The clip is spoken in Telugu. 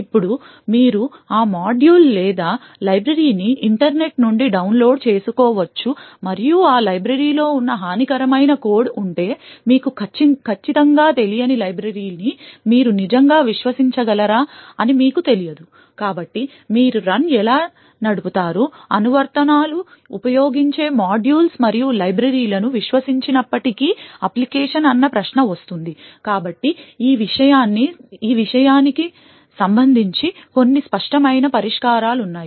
ఇప్పుడు మీరు ఆ మాడ్యూల్ లేదా లైబ్రరీని ఇంటర్నెట్ నుండి డౌన్లోడ్ చేసుకోవచ్చు మరియు ఆ లైబ్రరీలో ఉన్న హానికరమైన కోడ్ ఉంటే మీకు ఖచ్చితంగా తెలియని లైబ్రరీని మీరు నిజంగా విశ్వసించగలరా అని మీకు తెలియదు కాబట్టి మీరు మీ రన్ ఎలా నడుపుతారు అనువర్తనాలు ఉపయోగించే మాడ్యూల్స్ మరియు లైబ్రరీలను విశ్వసించనప్పటికీ అప్లికేషన్ అన్న ప్రశ్న వస్తుంది కాబట్టి ఈ విషయానికి సంబంధించి కొన్ని స్పష్టమైన పరిష్కారాలు ఉన్నాయి